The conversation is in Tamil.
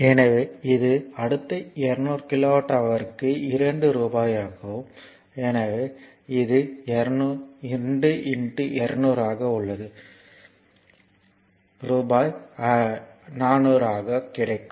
எனவே இது அடுத்த 200 கிலோவாட் ஹவர்க்கு 2 ரூபாயாகும் எனவே இது 2 200 ஆக உள்ளது ரூபாய் 400 ஆகும்